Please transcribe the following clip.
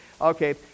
Okay